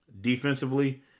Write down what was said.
defensively